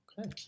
Okay